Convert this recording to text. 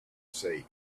say